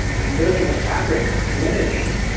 and building a fabric of community,